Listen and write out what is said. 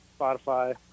Spotify